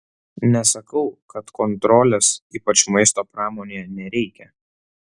nesakau kad kontrolės ypač maisto pramonėje nereikia